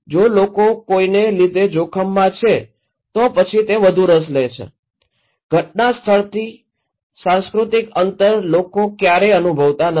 જો લોકો કોઈને લીધે જોખમમાં છે તો પછી તે વધુ રસ લે છે ઘટના સ્થળથી સાંસ્કૃતિક અંતર લોકો ક્યારેય અનુભવતા નથી